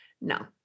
No